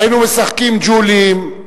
היינו משחקים ג'ולים,